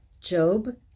Job